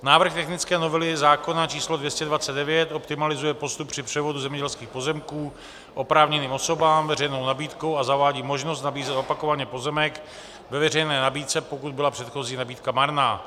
Návrh technické novely zákona č. 229 optimalizuje postup při převodu zemědělských pozemků oprávněným osobám veřejnou nabídkou a zavádí možnost nabízet opakovaně pozemek ve veřejné nabídce, pokud byla předchozí nabídka marná.